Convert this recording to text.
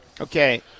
Okay